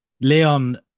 Leon